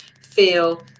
feel